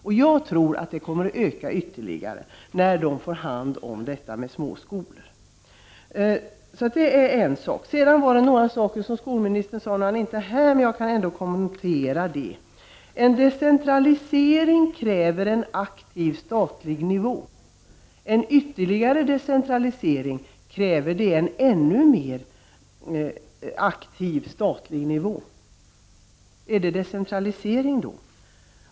Jag tror att denna avveckling kommer att öka ytterligare när kommunerna får hand om driften av små skolor. Sedan skulle jag vilja ta upp några saker som skolministern sade. Han är inte här nu, men jag kan ändå kommentera ett par frågor. En decentralisering kräver en aktiv statlig nivå. En ytterligare decentralisering kräver en ännu mer aktiv statlig nivå, sade skolministern. Är det decentralisering då?